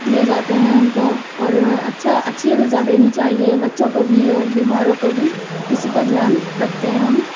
دیے جاتے ہیں ان کو اور اچھا اچھی غذا دینی چاہیے بچوں کو بھی اور بیماروں کو بھی اسی کا دھیان رکھتے ہیں ہم